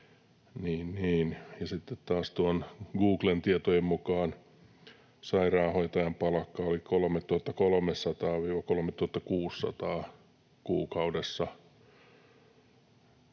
Googlen tietojen mukaan sairaanhoitajan palkka oli 3 300—3 600 euroa kuukaudessa.